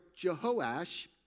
Jehoash